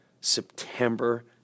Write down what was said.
September